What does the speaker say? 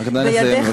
נא לסיים.